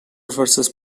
versus